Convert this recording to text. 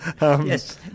Yes